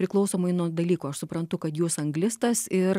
priklausomai nuo dalyko aš suprantu kad jūs anglistas ir